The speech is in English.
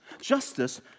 Justice